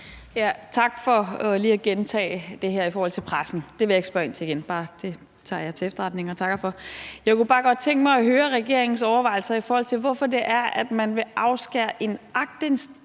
Tak for lige at gentage det her med pressen. Det vil jeg ikke spørge ind til igen, det tager jeg til efterretning og takker for. Jeg kunne bare godt tænke mig at høre regeringens overvejelser om, hvorfor man vil afskære nogen fra en